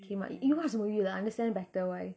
you must you must you will understand better why